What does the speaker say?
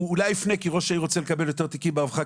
הוא אולי יפנה כי ראש העיר רוצה לקבל יותר תיקים ברווחה,